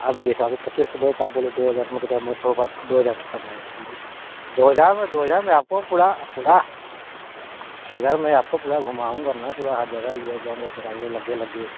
अब देखा अब पच्चीस सौ बोले तो आप बोले दो हजार तो दो हजार कर रहे हैं तो दो हजार दो हजार में आपको पूरा पूरा दो हजार में आपको पूरा घुमाऊँगा ना पूरा हर जगह ले जाऊँगा लग्गे लग्गे